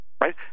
right